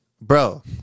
bro